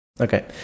Okay